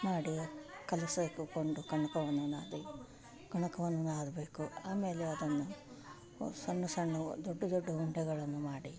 ಮಾಡಿ ಕಲಸಾಕ ಕೊಂಡು ಕಣ್ಕವನ್ನು ನಾದಿ ಕಣಕವನ್ನು ನಾದಬೇಕು ಆಮೇಲೆ ಅದನ್ನು ಸಣ್ಣ ಸಣ್ಣ ದೊಡ್ಡ ದೊಡ್ಡ ಉಂಡೆಗಳನ್ನು ಮಾಡಿ